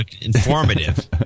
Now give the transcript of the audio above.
informative